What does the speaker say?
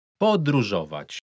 Podróżować